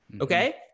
Okay